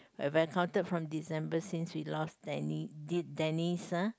if I counted from December since we lost Dennis Dennis uh